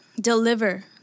deliver